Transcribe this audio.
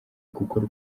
gukora